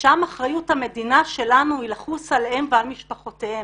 ושם אחריות המדינה שלנו היא לחוס עליהם ועל משפחותיהם.